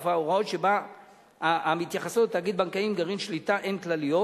ואף ההוראות שבה המתייחסות לתאגיד בנקאי עם גרעין שליטה הן כלליות.